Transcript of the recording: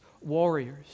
warriors